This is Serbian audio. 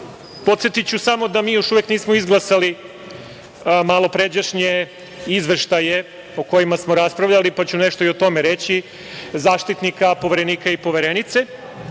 većine. Podsetiću samo da mi još uvek nismo izglasali malopređašnje izveštaje o kojima smo raspravljali, pa ću nešto i o tome reći, Zaštitnika, Poverenika i Poverenice.